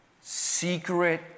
secret